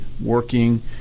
working